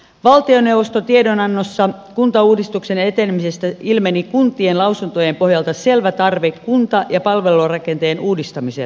valtioneuvoston tiedonannossa kuntauudistuksen etenemisestä ilmeni kuntien lausuntojen pohjalta selvä tarve kunta ja palvelurakenteen uudistamiselle